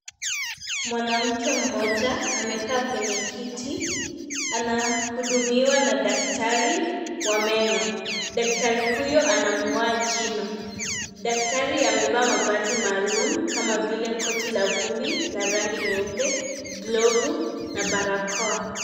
Mwanamke mmoja, amekaa kwenye kiti, anahudumiwa na daktari wa meno. Daktari huyo anamg'oa jino. Daktari amevaa mavazi maalum kama vile, koti la vumbi la rangi nyeupe, glovu na barakoa.